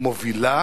מובילה